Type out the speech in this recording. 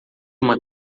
uma